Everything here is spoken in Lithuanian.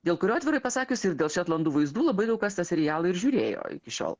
dėl kurio atvirai pasakius ir dėl šetlandų vaizdų labai daug kas tą serialą ir žiūrėjo iki šiol